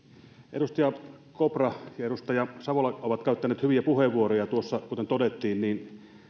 edustaja kopra ja edustaja savola ovat käyttäneet hyviä puheenvuoroja tässä kuten todettiin kun